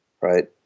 right